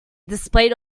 displayed